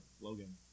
Logan